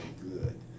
good